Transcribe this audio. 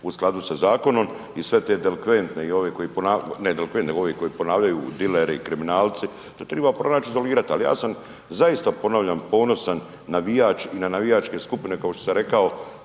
u skladu sa zakonom i sve te delikventne i ovi koji, ne delikvente nego ovi koji ponavljaju, dileri, kriminalci, to treba pronaći i izolirati, ali ja sam, zaista ponavljam, ponosan navijač i na navijačke skupine, kao što sam rekao